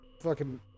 fucking-